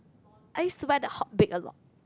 I used to buy the hot bake a lot